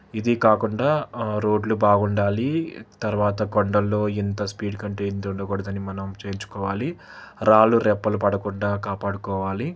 ఇదీ కాకుండా రోడ్లు బాగుండాలి తర్వాత కొండల్లో ఇంత స్పీడ్ కంటే ఇంతుండగూడదని మనం చేయించుకోవాలి రాళ్ళు రెప్పలు పడకుండా కాపాడుకోవాలి